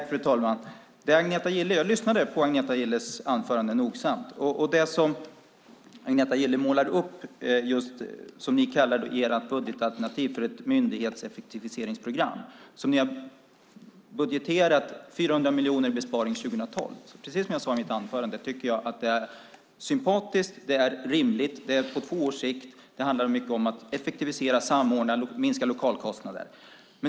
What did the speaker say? Fru talman! Jag lyssnade nogsamt på Agneta Gilles anförande. Det ni i ert budgetalternativ kallar ett myndighetseffektiviseringsprogram, där ni har budgeterat 400 miljoner i besparing 2012, tycker jag precis som jag sade i mitt anförande är sympatiskt och rimligt. Det är på två års sikt, och det handlar mycket om att effektivisera, samordna och minska lokalkostnader.